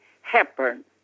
Hepburn